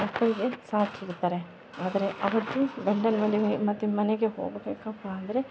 ಮಕ್ಕಳಿಗೆ ಸಾಕಿರ್ತಾರೆ ಆದರೆ ಆವತ್ತು ಗಂಡನ ಮನೆಗೆ ಮತ್ತೆ ಮನೆಗೆ ಹೋಗ್ಬೇಕಪ್ಪ ಅಂದರೆ